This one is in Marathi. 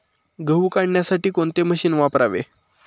गहू काढण्यासाठी कोणते मशीन वापरावे?